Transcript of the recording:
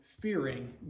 fearing